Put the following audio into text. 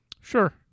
sure